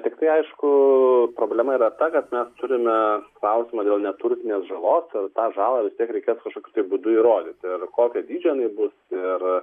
tiktai aišku problema yra ta kad mes turime klausimą dėl neturtinės žalos ir tą žalą vis tiek reikės kažkokiu tai būdu įrodyti ir kokio dydžio jinai bus ir